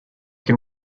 can